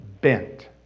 bent